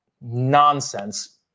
nonsense